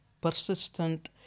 persistent